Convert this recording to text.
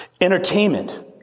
Entertainment